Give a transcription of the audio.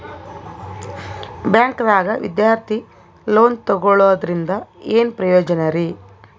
ಬ್ಯಾಂಕ್ದಾಗ ವಿದ್ಯಾರ್ಥಿ ಲೋನ್ ತೊಗೊಳದ್ರಿಂದ ಏನ್ ಪ್ರಯೋಜನ ರಿ?